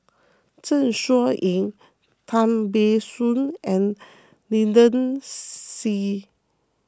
Zeng Shouyin Tan Ban Soon and Lynnette Seah